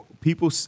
people